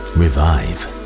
revive